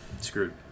screwed